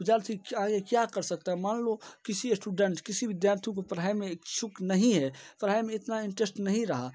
विद्यार्थी क्या ये क्या कर सकता है मान लो किसी अस्टूडेंट किसी विद्यार्थी को पढ़ाई में इक्षुक नहीं है पढ़ाई में इतना इंटरेस्ट नहीं रहा